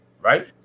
Right